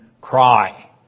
cry